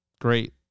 great